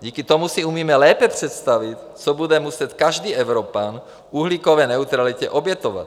Díky tomu si umíme lépe představit, co bude muset každý Evropan uhlíkové neutralitě obětovat.